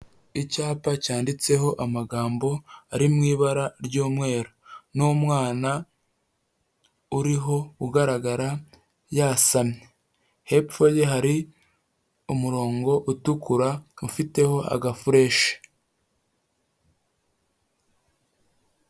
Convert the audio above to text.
Icyapa cyanditseho amagambo ari mu ibara ry'umweru n'umwana uriho ugaragara yasamye , hepfo ye hari umurongo utukura ufiteho agafureshi.